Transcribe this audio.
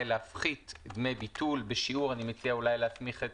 להפחית דמי ביטול בשיעור אני מציע אולי להסמיך את